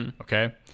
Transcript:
Okay